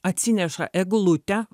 atsineša eglutę